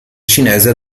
cinese